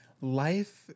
life